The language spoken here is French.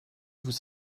vous